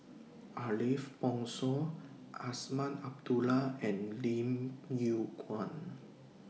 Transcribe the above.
Ariff Bongso Azman Abdullah and Lim Yew Kuan